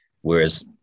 Whereas